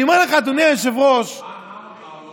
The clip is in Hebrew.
אני אומר לך, אדוני היושב-ראש, מה הוא אמר לו?